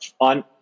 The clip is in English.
on